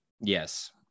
Yes